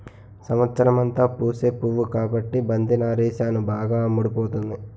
సంవత్సరమంతా పూసే పువ్వు కాబట్టి బంతి నారేసాను బాగా అమ్ముడుపోతుంది